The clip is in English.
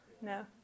No